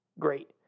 great